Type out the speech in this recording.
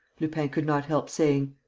lupin could not help saying.